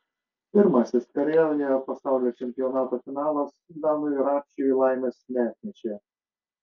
pirmasis karjeroje pasaulio čempionato finalas danui rapšiui laimės neatnešė